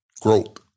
Growth